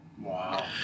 Wow